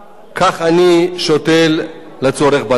כך אני שותל לצורך בני,